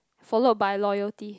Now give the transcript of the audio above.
followed by loyalty